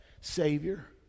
Savior